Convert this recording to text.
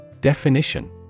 definition